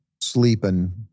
sleeping